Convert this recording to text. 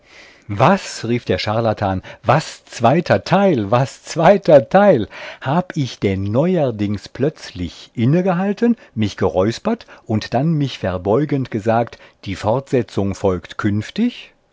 was rief der charlatan was zweiter teil was zweiter teil hab ich denn neuerdings plötzlich innegehalten mich geräuspert und dann mich verbeugend gesagt die fortsetzung folgt künftig